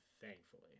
thankfully